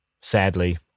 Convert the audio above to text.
Sadly